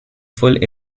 full